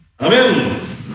Amen